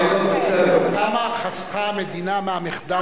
כמה חסכה המדינה מהמחדל הזה?